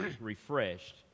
refreshed